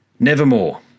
Nevermore